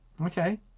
Okay